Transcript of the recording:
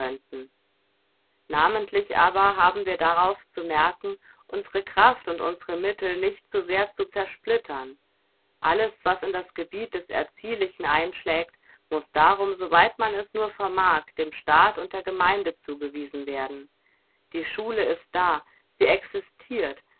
namentlich aber haben wir darauf zu merken unsre kraft und unsre mittel nicht zu sehr zu zersplittern alles was in das gebiet des erziehlichen einschlägt muß darum soweit man es nur vermag dem staat und der gemeinde zugewiesen werden die schule ist da sie existirt